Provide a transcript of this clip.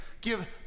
Give